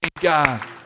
God